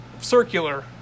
circular